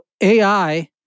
AI